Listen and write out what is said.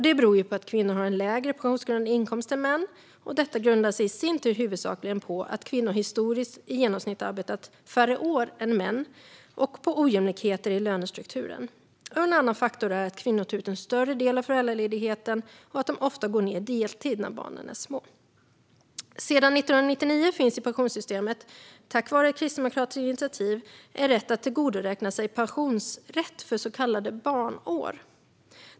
Det beror på att kvinnor har en lägre pensionsgrundande inkomst än män, vilket i sin tur huvudsakligen grundar sig på ojämlikheter i lönestrukturen och att kvinnor historiskt i genomsnitt har arbetat färre år än män. En annan faktor är att kvinnor tar ut en större del av föräldraledigheten och att de ofta går ned på deltid när barnen är små. Sedan 1999 finns i pensionssystemet, tack vare ett kristdemokratiskt initiativ, en rätt att tillgodoräkna sig pensionsrätt för så kallade barnår.